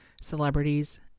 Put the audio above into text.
celebrities